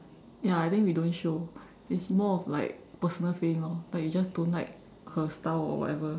ya I think we don't show it's more of like personal feelings lor like you just don't like her style or whatever